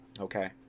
okay